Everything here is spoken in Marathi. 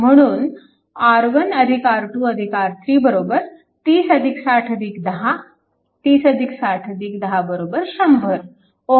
म्हणून R1 R2 R3 30 60 10 30 60 10 100 Ω